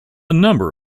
number